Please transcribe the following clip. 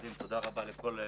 היא תביא בדיוק לאנטי-שיקום.